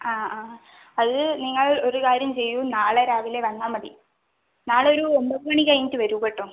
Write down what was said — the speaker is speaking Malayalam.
ആ ആ അത് നിങ്ങൾ ഒരു കാര്യം ചെയ്യൂ നാളെ രാവിലെ വന്നാൽമതി നാളെ ഒരു ഒമ്പത് മണി കഴിഞ്ഞിട്ട് വരൂ കേട്ടോ